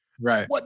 Right